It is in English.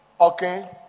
okay